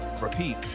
repeat